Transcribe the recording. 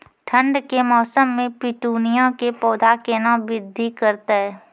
ठंड के मौसम मे पिटूनिया के पौधा केना बृद्धि करतै?